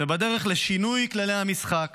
ובדרך לשינוי כללי המשחק.